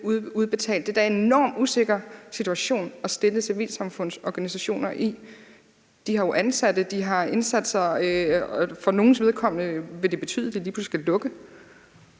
Det er da en enormt usikker situation at stille civilsamfundsorganisationer i. De har jo ansatte, de har indsatser, og for nogles vedkommende vil det betyde, at de lige pludselig skal lukke.